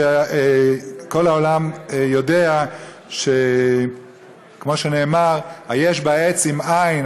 שכל העולם יודע שכמו שנאמר "היש בה עץ אם אין"